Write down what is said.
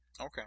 Okay